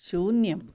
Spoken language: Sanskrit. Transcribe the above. शून्यम्